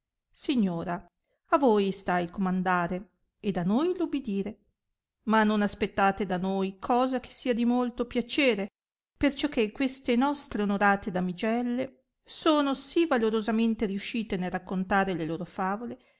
signora a voi sta il comandare ed a noi l ubidire ma non aspettate da noi cosa che sia di molto piacere perciò che queste nostre onorate damigelle sono sì valorosamente riuscite nel raccontare le loro favole